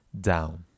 down